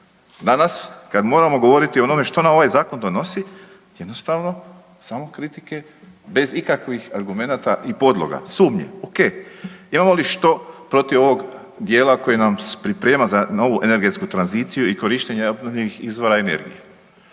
Danas kada moramo govoriti o onome što nam ovaj zakon donosi, jednostavno samo kritike bez ikakvih argumenata i podloga, sumnji ok. Imamo li što protiv ovog dijela koji nam priprema za novu energetsku tranziciju i korištenja obnovljenih izvora energije?